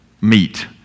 meet